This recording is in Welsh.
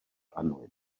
annwyd